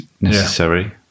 necessary